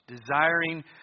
Desiring